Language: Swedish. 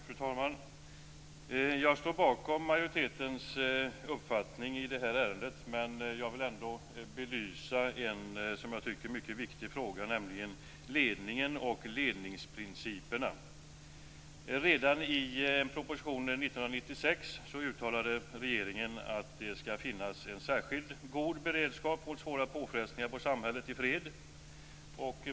Fru talman! Jag står bakom majoritetens uppfattning i detta ärende, men jag vill ändå belysa en, som jag tycker, mycket viktig fråga, nämligen ledningen och ledningsprinciperna. Redan i en proposition 1996 uttalade regeringen att det skall finnas en särskilt god beredskap mot svåra påfrestningar på samhället i fred.